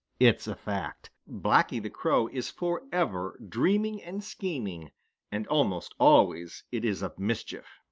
it's a fact. blacky the crow is forever dreaming and scheming and almost always it is of mischief.